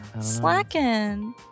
Slacking